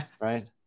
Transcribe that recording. right